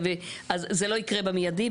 אז זה לא יקרה במיידי,